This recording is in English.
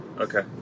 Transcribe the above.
Okay